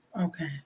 Okay